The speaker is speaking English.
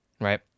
right